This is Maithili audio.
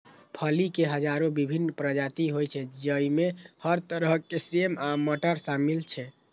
फली के हजारो विभिन्न प्रजाति होइ छै, जइमे हर तरह के सेम आ मटर शामिल छै